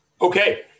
Okay